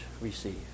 receive